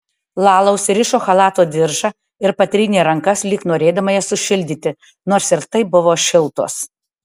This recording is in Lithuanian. lala užsirišo chalato diržą ir patrynė rankas lyg norėdama jas sušildyti nors ir taip buvo šiltos